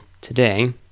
today